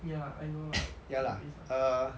ya lah I know lah copy paste [what]